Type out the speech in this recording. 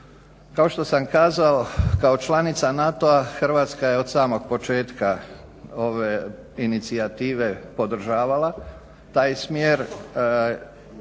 Kao što sam kazao kao članica NATO-a Hrvatska je od samo početka ove inicijative podržavala taj smjer